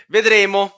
Vedremo